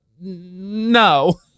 no